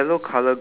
ya